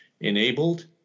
enabled